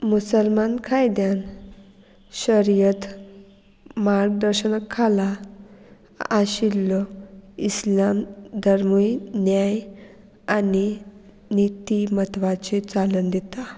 मुसलमान कायद्यान शरियत मार्गदर्शना खाला आशिल्लो इस्लाम धर्मूय न्याय आनी नितीमत्वाचे चालन दिता